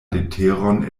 leteron